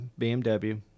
BMW